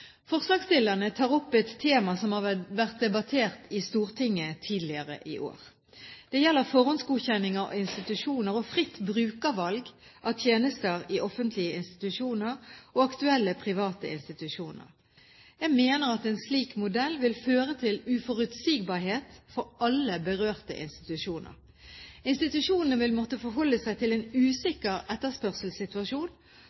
Forslagsstillerne tar opp et tema som har vært debattert i Stortinget tidligere i år. Det gjelder forhåndsgodkjenning av institusjoner og fritt brukervalg av tjenester i offentlige institusjoner og aktuelle private institusjoner. Jeg mener at en slik modell vil føre til uforutsigbarhet for alle berørte institusjoner. Institusjonene vil måtte forholde seg til en